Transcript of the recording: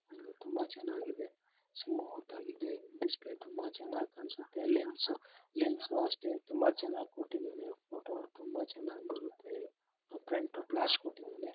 ಇದು ತುಂಬ ಚೆನ್ನಾಗಿದೆ ಸ್ಮೂತಾಗಿದೆ ಡಿಸ್ಪ್ಲೇ ತುಂಬ ಚೆನ್ನಾಗ್ ಕಾಣಿಸುತ್ತೆ ಲೆನ್ಸು ಲೆನ್ಸು ಅಷ್ಟೇ ತುಂಬ ಚೆನ್ನಾಗ್ ಕೊಟ್ಟಿದಾನೆ ಫೋಟೋ ತುಂಬ ಚೆನ್ನಾಗ್ ಬರುತ್ತೆ ಫ್ರೆಂಟು ಫ್ಲ್ಯಾಶ್ ಕೊಟ್ಟಿದಾನೆ